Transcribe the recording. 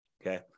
Okay